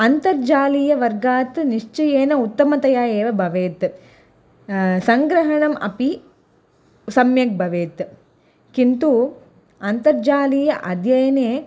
अन्तर्जालीयवर्गात् निश्चयेन उत्तमतया एव भवेत् सङ्ग्रहणम् अपि सम्यक् भवेत् किन्तु अन्तर्जालीय अध्ययने